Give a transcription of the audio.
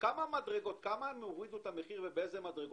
בכמה הם הורידו את המחיר ובאיזה מדרגות?